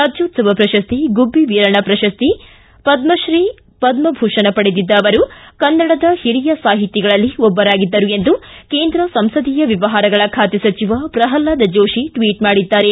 ರಾಜ್ಯೋತ್ಸವ ಪ್ರಶಸ್ತಿ ಗುಬ್ಬಿ ವೀರಣ್ಣ ಪ್ರಶಸ್ತಿ ಪ್ರಶಸ್ತಿ ಪದ್ಮಶ್ರೀ ಪದ್ಮಭೂಷಣ ಪಡೆದಿದ್ದ ಅವರು ಕನ್ನಡದ ಹಿರಿಯ ಸಾಹಿತಿಗಳಲ್ಲೊಬ್ಬರಾಗಿದ್ದರು ಎಂದು ಕೇಂದ್ರ ಸಂಸದೀಯ ವ್ಯವಹಾರಗಳ ಬಾತೆ ಸಚಿವ ಪ್ರಹ್ಲಾದ್ ಜೋಶಿ ಟ್ವಿಟ್ ಮಾಡಿದ್ದಾರೆ